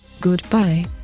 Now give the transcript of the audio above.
Goodbye